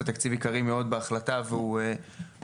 זה תקציב עיקרי מאוד בהחלטה והוא עבר,